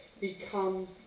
become